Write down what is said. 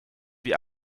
wie